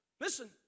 Listen